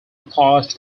applies